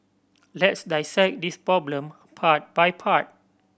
let's dissect this problem part by part